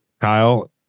Kyle